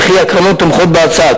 וכי הקרנות תומכות בהצעה.